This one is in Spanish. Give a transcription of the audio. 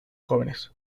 jóvenes